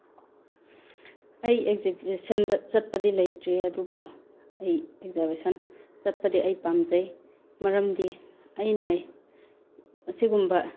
ꯑꯩ ꯑꯦꯛꯖꯤꯕꯤꯁꯟꯗ ꯆꯠꯄꯗꯤ ꯂꯩꯇ꯭ꯔꯤ ꯑꯗꯨꯕꯨ ꯑꯩ ꯑꯦꯛꯖꯤꯕꯤꯁꯟ ꯆꯠꯄꯗꯤ ꯑꯩ ꯄꯥꯝꯖꯩ ꯃꯔꯝꯗꯤ ꯑꯩꯅ ꯑꯁꯤꯒꯨꯝꯕ